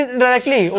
directly